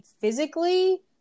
physically